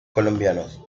colombianos